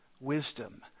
wisdom